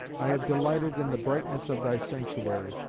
i have delighted in the brightness of thy sanctuary.